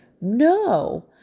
No